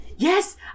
yes